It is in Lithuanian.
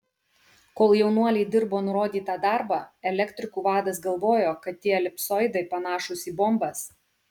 kol jaunuoliai dirbo nurodytą darbą elektrikų vadas galvojo kad tie elipsoidai panašūs į bombas